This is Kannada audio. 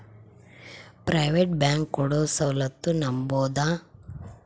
ಪ್ರೈವೇಟ್ ಬ್ಯಾಂಕ್ ಕೊಡೊ ಸೌಲತ್ತು ನಂಬಬೋದ?